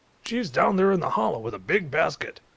she is down there in the hollow, with a big basket.